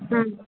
ம்